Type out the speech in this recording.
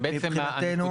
זה בעצם,